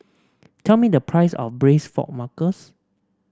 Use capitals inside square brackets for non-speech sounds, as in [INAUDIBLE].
tell me the price of braise fork [UNINTELLIGIBLE]